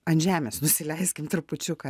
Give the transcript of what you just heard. ant žemės nusileiskim trupučiuką